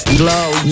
glow